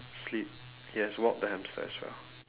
sleep yes walk the hamster as well